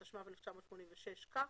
התשמ"ו-1986, כך: